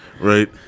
right